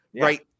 right